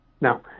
Now